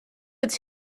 its